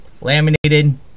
laminated